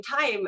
time